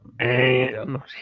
No